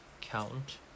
count